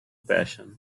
passion